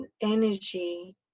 energy